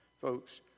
Folks